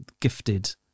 gifted